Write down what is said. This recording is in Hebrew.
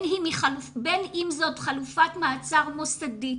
בין אם זאת חלופת מעצר מוסדית